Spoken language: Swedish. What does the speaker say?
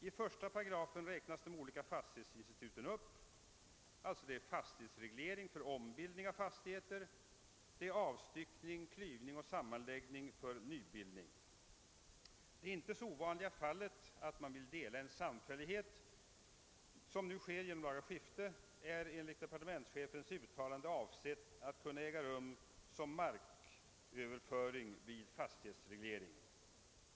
I 1 § räknas de olika fastighetsbildningsinstituten upp — det är fastighetsreglering för ombildning av fastigheter och det är avstyckning, klyvning och sammanläggning för nybildning. Delning av samfällighet, som inte är så ovanlig och som nu företas genom laga skifte, avses enligt departementschefens uttalande kunna äga rum som marköverföring vid fastighetsreglering.